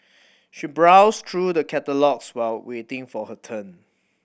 she browsed through the catalogues while waiting for her turn